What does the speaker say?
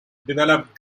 developed